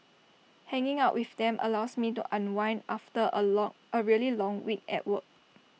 hanging out with them allows me to unwind after A lore A really long week at work